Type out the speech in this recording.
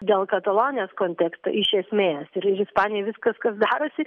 dėl katalonijos konteksto iš esmės ir ispanijoj viskas kas darosi